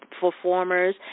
performers